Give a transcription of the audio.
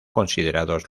considerados